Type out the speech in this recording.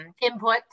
input